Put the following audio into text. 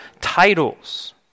titles